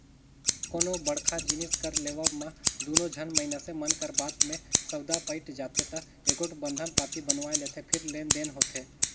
कोनो बड़का जिनिस कर लेवब म दूनो झन मइनसे मन कर बात में सउदा पइट जाथे ता एगोट बंधन पाती बनवाए लेथें फेर लेन देन होथे